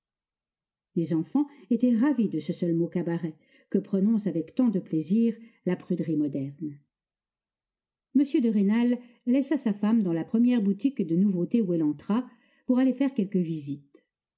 les enfants étaient ravis de ce seul mot cabaret que prononce avec tant de plaisir la pruderie moderne m de rênal laissa sa femme dans la première boutique de nouveautés où elle entra pour aller faire quelques visites